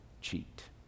cheat